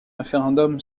référendum